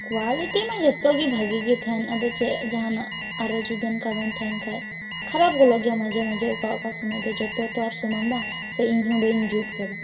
quality ᱢᱟ ᱡᱷᱚᱛᱚ ᱜᱮ ᱵᱷᱟᱹᱜᱤᱜᱮ ᱛᱟᱦᱮᱱ ᱟᱫᱚ ᱪᱮᱫ ᱡᱟᱦᱟᱸᱱᱟᱜ ᱟᱨᱚᱸ ᱡᱩᱫᱤᱱ ᱚᱱᱠᱟᱱᱟᱜ ᱠᱟᱨᱚᱱ ᱛᱟᱦᱮᱱ ᱠᱷᱟᱱ ᱠᱷᱟᱨᱟᱯ ᱜᱚᱫᱚᱜ ᱜᱮᱭᱟ ᱢᱟᱡᱷᱮ ᱢᱟᱡᱷᱮ ᱚᱠᱟ ᱚᱠᱟ ᱥᱚᱢᱚᱭ ᱫᱚ ᱡᱷᱚᱛᱚ ᱛᱳ ᱟᱨ ᱥᱚᱢᱟᱱ ᱫᱚ ᱵᱟᱝ ᱥᱮ ᱤᱧᱦᱚᱸ ᱵᱟ ᱧ ᱡᱩᱛ ᱟᱠᱟᱫᱟ